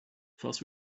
fast